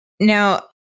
Now